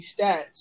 stats